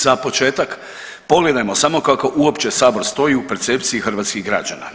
Za početak pogledajmo samo kako uopće sabor stoji u percepciji hrvatskih građana.